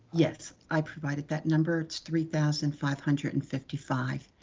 yes, i provided that number, it's three thousand five hundred and fifty five.